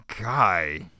guy